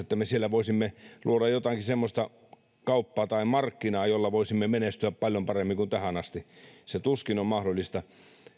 että me siellä voisimme luoda jotakin semmoista kauppaa tai markkinaa jolla voisimme menestyä paljon paremmin kuin tähän asti se tuskin on mahdollista